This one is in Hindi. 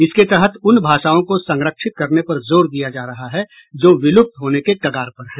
इसके तहत उन भाषाओं को संरक्षित करने पर जोर दिया जा रहा है जो विलुप्त होने के कगार पर हैं